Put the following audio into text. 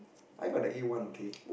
I got the A one okay